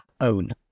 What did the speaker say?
own